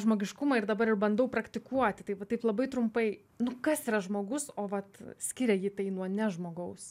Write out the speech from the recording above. žmogiškumą ir dabar ir bandau praktikuoti tai va taip labai trumpai nu kas yra žmogus o vat skiria jį tai nuo nežmogaus